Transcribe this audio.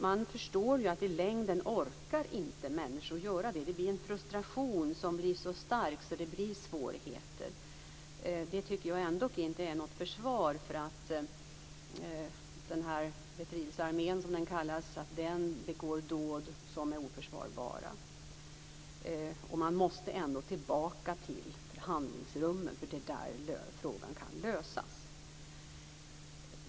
Man förstår att människor i längden inte orkar göra det. Det är en frustration som blir så stark att det blir svårigheter. Det tycker jag ändock inte är något försvar för att den här befrielsearmén, som den kallar sig, begår dåd som är oförsvarbara. Man måste ändå tillbaka till förhandlingsrummen, för det är där frågan kan lösas.